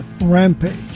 rampage